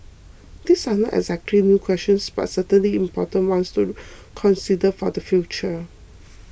these are not exactly new questions but certainly important ones to consider for the future